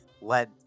Led